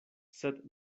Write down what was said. sed